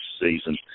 season